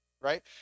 right